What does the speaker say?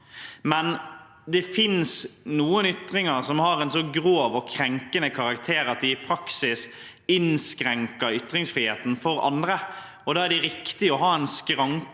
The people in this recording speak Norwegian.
Men det finnes noen ytringer som har en så grov og krenkende karakter at det i praksis innskrenker ytringsfriheten for andre. Da er det riktig å ha en skranke